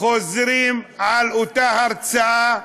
חוזרים על אותה הרצאה,